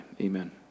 Amen